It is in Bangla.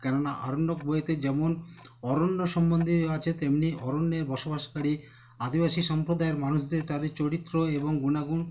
কেননা আরণ্যক বইয়েতে যেমন অরণ্য সম্বন্ধেও আছে তেমনি অরণ্যের বসবাসকারী আদিবাসী সম্প্রদায়ের মানুষদের তাদের চরিত্র এবং গুণাগুণ